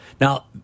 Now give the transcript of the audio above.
Now